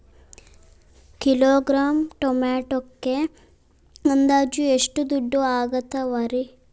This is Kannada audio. ಕಿಲೋಗ್ರಾಂ ಟೊಮೆಟೊಕ್ಕ ಅಂದಾಜ್ ಎಷ್ಟ ದುಡ್ಡ ಅಗತವರಿ?